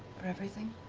for everything.